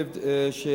בהחלט כן.